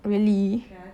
really